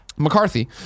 McCarthy